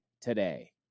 today